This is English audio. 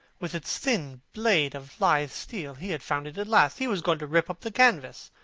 with its thin blade of lithe steel. he had found it at last. he was going to rip up the canvas.